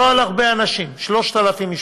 לא הרבה אנשים, 3,000 משפחות,